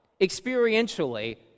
experientially